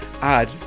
add